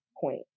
point